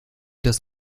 das